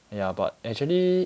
ya but actually